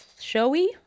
showy